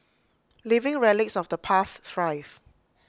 living relics of the past thrive